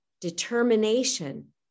determination